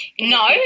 No